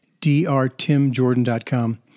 drtimjordan.com